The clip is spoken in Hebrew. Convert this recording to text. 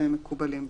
והם מקובלים בהגדרות.